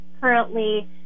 currently